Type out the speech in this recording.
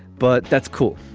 but that's cool.